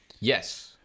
Yes